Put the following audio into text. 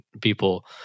people